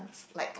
like